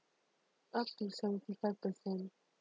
okay seventy five percent